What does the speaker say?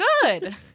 good